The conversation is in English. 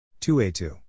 2a2